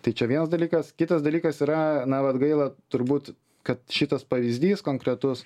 tai čia vienas dalykas kitas dalykas yra na vat gaila turbūt kad šitas pavyzdys konkretus